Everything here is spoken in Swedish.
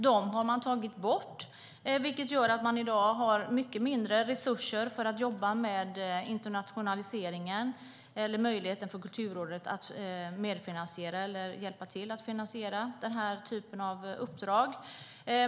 De pengarna har tagits bort, vilket gör att de i dag har mycket mindre resurser för att jobba med internationaliseringen eller möjligheten för Kulturrådet att medfinansiera eller hjälpa till att finansiera den här typen av uppdrag.